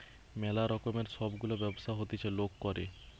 ম্যালা রকমের সব গুলা ব্যবসা হতিছে লোক করে